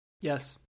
yes